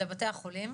לבתי החולים,